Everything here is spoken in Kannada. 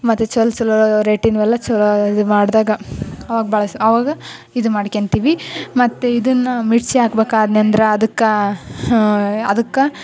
ಮತ್ತು ಚಲ್ ಛಲೋ ರೇಟಿನವೆಲ್ಲ ಛಲೋ ಇದು ಮಾಡಿದಾಗ ಅವಾಗ ಬಳಸಿ ಆವಾಗ ಇದು ಮಾಡ್ಕೋತೀವಿ ಮತ್ತು ಇದನ್ನ ಮಿರ್ಚಿ ಹಾಕ್ಬೇಕಾದೆನಂದ್ರ ಅದಕ್ಕೆ ಅದಕ್ಕೆ